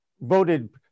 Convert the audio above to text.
voted